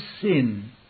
sin